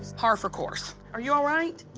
par for course. are you all right?